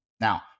Now